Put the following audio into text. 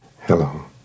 Hello